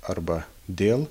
arba dėl